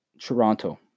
Toronto